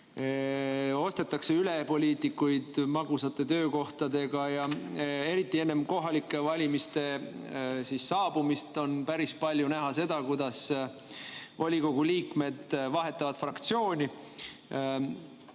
ostetakse üles poliitikuid magusate töökohtadega ja eriti enne kohalike valimiste saabumist on päris palju näha seda, kuidas volikogu liikmed vahetavad fraktsiooni.